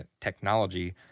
technology